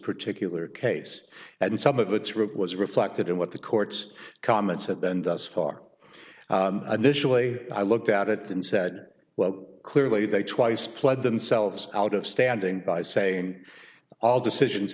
particular case and some of its root was reflected in what the courts comments at the end thus far additionally i looked at it and said well clearly they twice pled themselves out of standing by saying all decisions